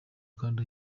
kandi